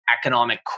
economic